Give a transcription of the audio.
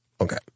Okay